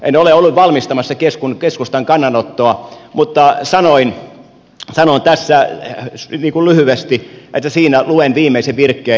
en ole ollut valmistamassa keskustan kannanottoa mutta sanon siitä tässä lyhyesti luen viimeisen virkkeen